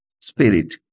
spirit